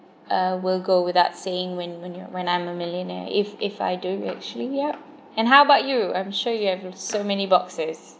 uh will go without saying when when you're when I'm a millionaire if if I do richly yup and how about you I'm sure you have so many boxes